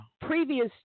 previous